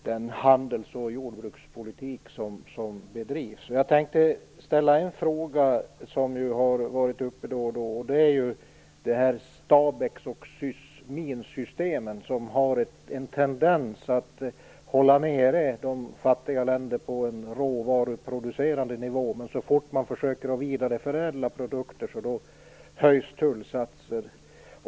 Fru talman! Det största problemet med EU:s relationer till de fattiga länderna är den handels och jordbrukspolitik som bedrivs. En fråga som varit uppe då och då är frågan om STABEX och SYSMIN systemen, där det finns en tendens att hålla fattiga länder nere på en råvaruproducerande nivå. Så fort man försöker vidareförädla produkter höjs tullsatser.